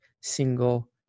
single